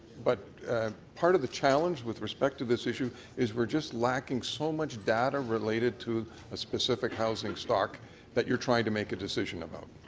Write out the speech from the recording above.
but part of the challenge with respect to this issue is we're just lack and so much great related to a specific houseing stock that you are trying to make a decision about.